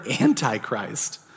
antichrist